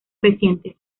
recientes